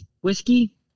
whiskey